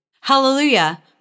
Hallelujah